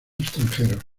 extranjeros